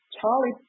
Charlie